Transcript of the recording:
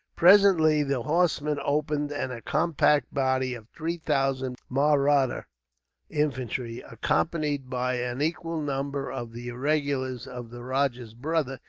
presently the horsemen opened, and a compact body of three thousand mahratta infantry, accompanied by an equal number of the irregulars of the rajah's brother,